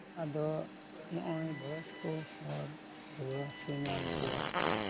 ᱟᱫᱚ ᱱᱚᱜᱼᱚᱸᱭ ᱵᱚᱭᱚᱥᱠᱚ ᱦᱚᱲ ᱨᱩᱣᱟᱹ ᱦᱟᱹᱥᱩ ᱧᱟᱢ ᱠᱚᱣᱟ